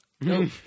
Nope